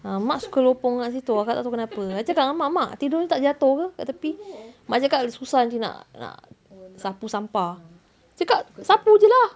ah mak suka lopong dekat situ kakak tak tahu kenapa cakap dengan mak mak tidur ni tak jatuh ke dekat tepi mak cakap susah nanti nak nak sapu sampah cakap sapu jer lah